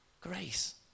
grace